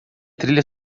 trilha